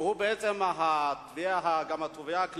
שהוא בעצם גם התובע הכללי,